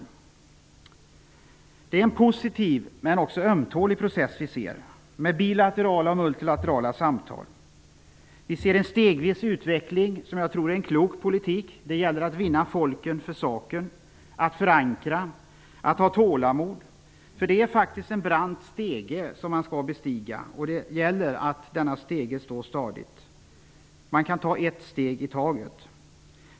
Den process som pågår är positiv men också ömtålig med bilaterala och multilaterala samtal. Vi ser en stegvis utveckling, som jag tror är en klok politik. Det gäller att vinna folken för saken, att förankra och att ha tålamod. Det är faktiskt en brant stege, som man skall bestiga, och denna stege måste stå stadigt. Man kan ta ett steg i taget.